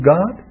God